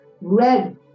red